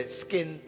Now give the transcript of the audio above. skin